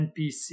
npc